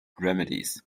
remedies